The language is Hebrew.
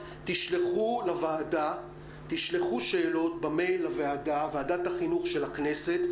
תשלחו שאלות במייל לוועדת החינוך של הכנסת,